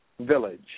Village